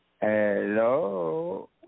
Hello